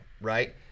right